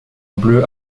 bleu